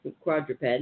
quadruped